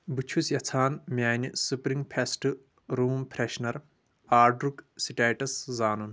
بہٕ چھس یژھان میانہِ سپرٛنٛگ فٮ۪سٹ روٗم فرٛٮ۪شنَر آڈرُک سٹیٹس زانُن